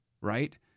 right